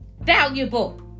valuable